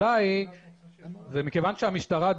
מכיוון שהמשטרה,